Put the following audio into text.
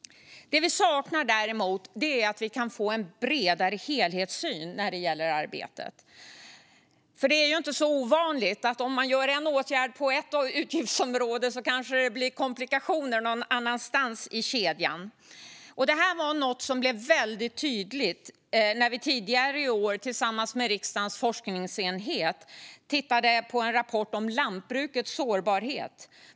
Däremot saknar vi en bredare helhetssyn när det gäller arbetet. För det är ju inte så ovanligt att om man vidtar en åtgärd på ett utgiftsområde blir det komplikationer någon annanstans i kedjan. Det här var något som blev väldigt tydligt när vi tidigare i år tillsammans med riksdagens forskningsenhet tittade på en rapport om lantbrukets sårbarhet.